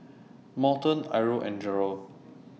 Morton Irl and Jerald